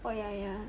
oh ya ya